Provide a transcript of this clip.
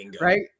right